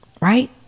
right